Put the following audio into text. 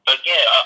again